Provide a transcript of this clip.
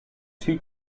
two